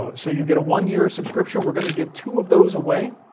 ah so you get a one-year subscription. we're going to give two of those away,